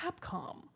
Capcom